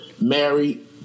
married